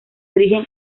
origen